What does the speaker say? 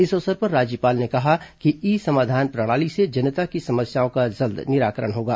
इस अवसर पर राज्यपाल ने कहा कि ई समाधान प्रणाली से जनता की समस्याओं का जल्द निराकरण होगा